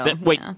Wait